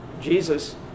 Jesus